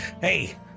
Hey